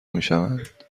میشوند